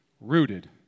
rooted